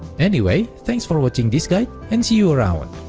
anyway, thanks for watching this guide, and see you around.